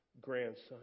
grandson